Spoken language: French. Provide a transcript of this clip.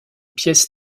pièces